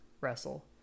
wrestle